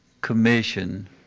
Commission